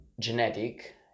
genetic